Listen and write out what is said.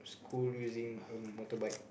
school using a motorcycle